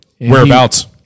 Whereabouts